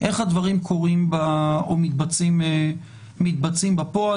איך הדברים מתבצעים בפועל.